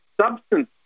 substance